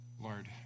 Lord